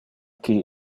qui